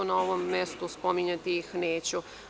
Na ovom mestu spominjati ih neću.